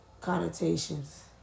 connotations